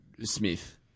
Smith